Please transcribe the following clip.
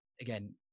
again